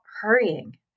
hurrying